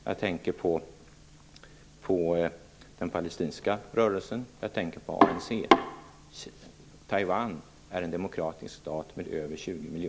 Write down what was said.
Jag tänker på den palestinska rörelsen och på ANC. Taiwan är en demokratisk stat med över 20